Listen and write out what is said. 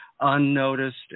unnoticed